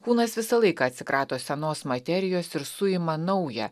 kūnas visą laiką atsikrato senos materijos ir suima naują